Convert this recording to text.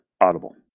Audible